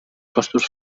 costos